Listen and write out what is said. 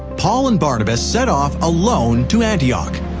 paul and barnabas set off alone to antioch.